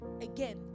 again